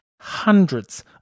hundreds